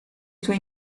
sue